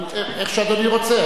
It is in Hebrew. איך שאדוני רוצה.